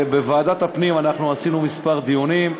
בוועדת הפנים קיימנו כמה דיונים,